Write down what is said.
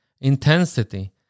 Intensity